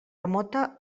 remota